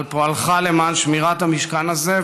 על פועלך למען שמירת המשכן הזה,